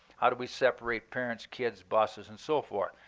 how do we separate parents, kids, buses, and so forth?